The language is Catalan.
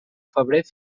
febrer